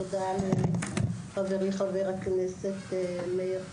תודה לחברי חבר הכנסת מאיר כהן.